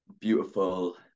beautiful